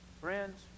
Friends